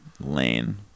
lane